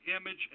image